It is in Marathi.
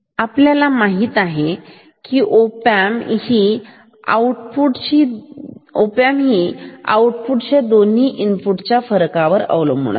आपल्याला माहीत आहे ओ पॅन्मप चे आउटपुट दोन्ही इनपुट चा फरकावर अवलंबून आहे